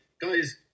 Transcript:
Guys